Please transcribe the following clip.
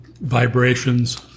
vibrations